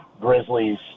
Grizzlies